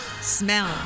Smell